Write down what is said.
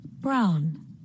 Brown